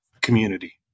community